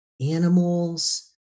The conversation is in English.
animals